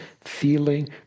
feeling